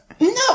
No